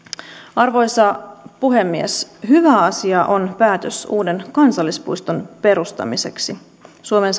arvoisa puhemies hyvä asia on päätös uuden kansallispuiston perustamiseksi suomen